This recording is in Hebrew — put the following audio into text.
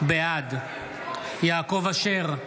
בעד יעקב אשר,